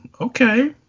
okay